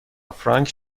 فرانک